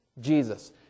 Jesus